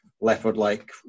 leopard-like